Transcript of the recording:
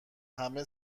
همه